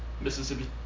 mississippi